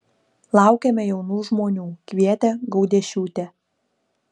laukiame jaunų žmonių kvietė gaudiešiūtė